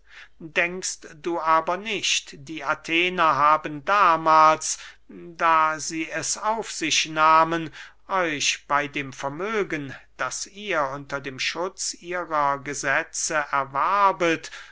denkst du aber nicht die athener haben damahls da sie es auf sich nahmen euch bey dem vermögen das ihr unter dem schutz ihrer gesetze erwarbet